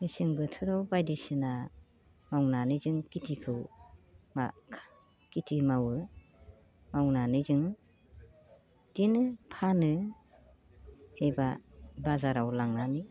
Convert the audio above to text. मेसें बोथाराव बायदिसिना मावनानै जों खेथिखौ मा खेथि मावो मावनानै जों बिदिनो फानो एबा बाजाराव लांनानै